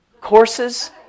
courses